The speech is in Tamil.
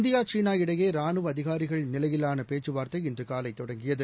இந்தியா சீனா இடையே ரானுவ அதிகாரிகள் நிலையிலான பேச்சுவார்த்தை இன்று காலை தொடங்கியது